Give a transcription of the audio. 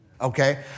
okay